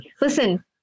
Listen